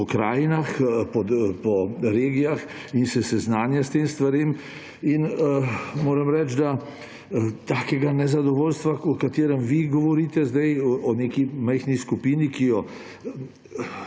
pokrajinah, po regijah in se seznanja s temi stvarmi. Moram reči, da takšnega nezadovoljstva, o katerem vi govorite zdaj, o neki majhni skupini, ki jo,